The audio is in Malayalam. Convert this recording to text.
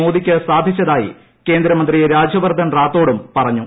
മോദിക്ക് സാധിച്ചതായി കേന്ദ്രമന്ത്രി രാജ്യവർദ്ധൻ റാത്തോഡും പറഞ്ഞു